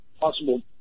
possible